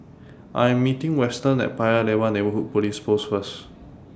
I Am meeting Weston At Paya Lebar Neighbourhood Police Post First